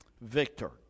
victor